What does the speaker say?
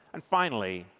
and finally,